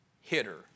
hitter